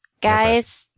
guys